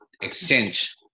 exchange